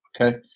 okay